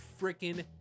freaking